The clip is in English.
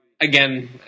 again